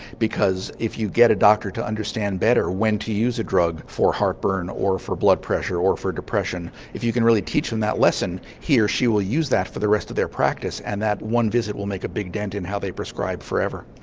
because if you get a doctor to understand better when to use a drug for heartburn, or for blood pressure, or for depression, if you can really teach them that lesson he or she will use that for the rest of their practice and that one visit will make a big dent in how they prescribe for ever.